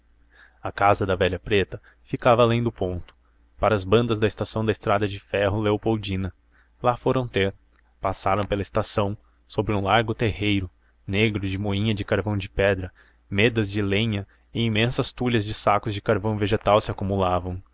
a casa da velha preta ficava além do ponto para as bandas da estação da estrada de ferro leopoldina lá foram ter passaram pela estação sobre um largo terreiro negro de moinha de carvão de pedra medas de lenha e imensas tulhas de sacos de carvão vegetal se acumulavam